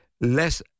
less